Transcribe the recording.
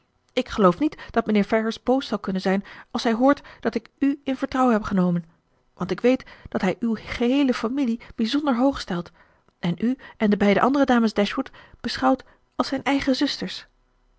ik geloof niet dat mijnheer ferrars boos zal kunnen zijn als hij hoort dat ik u in vertrouwen heb genomen want ik weet dat hij uw geheele familie bijzonder hoog stelt en u en de beide andere dames dashwood beschouwt als zijn eigen zusters